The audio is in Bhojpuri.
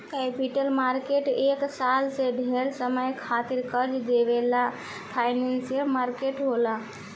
कैपिटल मार्केट एक साल से ढेर समय खातिर कर्जा देवे वाला फाइनेंशियल मार्केट होला